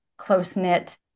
close-knit